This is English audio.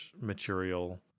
material